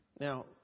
Now